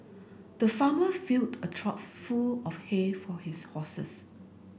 the farmer filled a trough full of hay for his horses